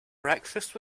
breakfast